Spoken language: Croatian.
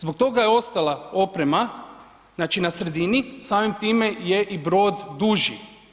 Zbog toga je ostala oprema, znači na sredini, samim time je i brod duži.